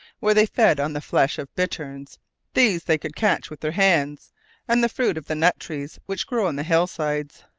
where they fed on the flesh of bitterns these they could catch with their hands and the fruit of the nut-trees which grow on the hill-sides.